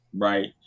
Right